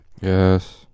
Yes